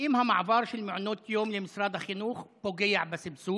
1. האם המעבר של מעונות היום למשרד החינוך פוגע בסבסוד?